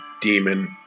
demon